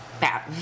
Bad